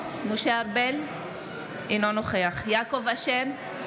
אינו נוכח יעקב אשר,